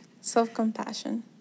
Self-compassion